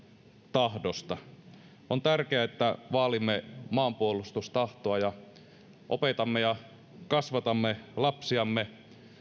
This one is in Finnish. tahdosta on tärkeää että vaalimme maanpuolustustahtoa ja opetamme ja kasvatamme lapsiamme